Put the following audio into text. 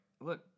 look